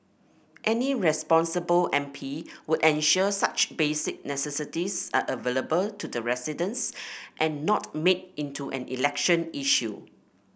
any responsible M P would ensure such basic necessities are available to the residents and not made into an election issue